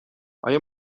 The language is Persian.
آیا